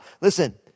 Listen